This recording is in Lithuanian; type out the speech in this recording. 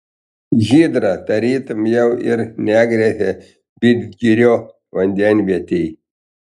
hidra tarytum jau ir negresia vidzgirio vandenvietei